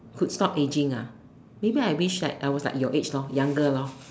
could stop aging ah maybe I wish like I was your age lor younger lor